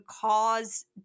cause